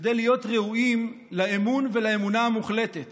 כדי להיות ראויים לאמון ולאמונה המוחלטת